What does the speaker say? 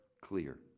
clear